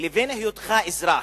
לבין היותך אזרח.